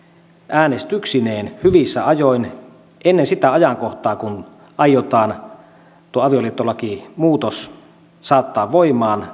äänestyksineen hyvissä ajoin ennen sitä ajankohtaa kun aiotaan tuo avioliittolakimuutos saattaa voimaan